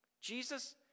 Jesus